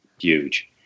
Huge